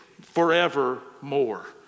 forevermore